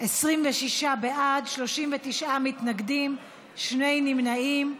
בעד, 39 מתנגדים, שני נמנעים.